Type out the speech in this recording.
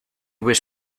was